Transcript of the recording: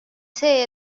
see